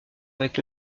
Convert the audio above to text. avec